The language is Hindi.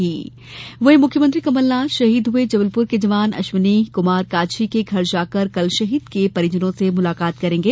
कमलनाथ शहीद वहीं मुख्यमंत्री कमलनाथ शहीद हुए जबलपुर के जवान अश्विनी कुमार काछी के घर जाकर शहीद के परिवार से मुलाकात करेंगे